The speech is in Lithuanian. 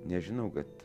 nežinau kad